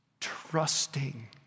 trusting